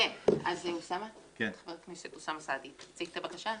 חבר הכנסת אוסאמה סעדי, תציג את הבקשה.